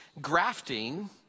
grafting